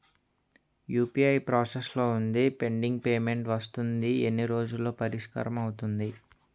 UPI process లో వుంది pending payment వస్తుంది ఎన్ని రోజుల్లో పరిష్కారం అవుతుంది